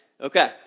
Okay